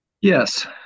Yes